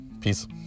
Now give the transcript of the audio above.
Peace